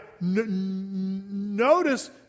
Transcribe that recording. notice